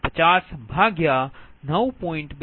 2 j2